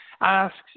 asks